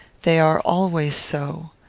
they are always so.